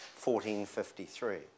1453